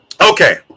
Okay